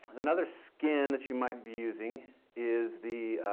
and another skin that you might be using is the